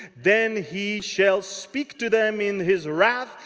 then he shall speak to them in his wrath,